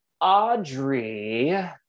Audrey